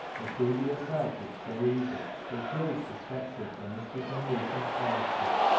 and phebe herself looked so easy, that jabe suspected there must be some recent cause for it,